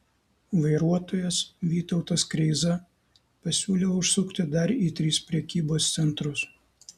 vairuotojas vytautas kreiza pasiūlė užsukti dar į tris prekybos centrus